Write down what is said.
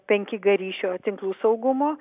penki g ryšio tinklų saugumo